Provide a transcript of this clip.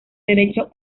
derecho